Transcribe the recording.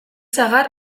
sagar